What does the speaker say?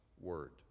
Word